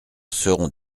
serons